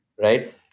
Right